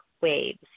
waves